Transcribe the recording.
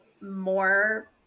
more